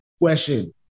question